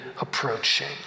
approaching